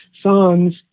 songs